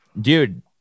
dude